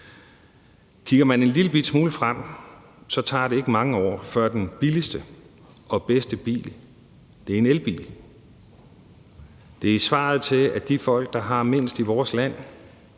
Kigger man en lillebitte smule frem i tiden, tager det ikke mange år, før den billigste og bedste bil er en elbil. Det er svaret på, at de folk, der har mindst i vores land,